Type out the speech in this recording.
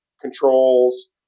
controls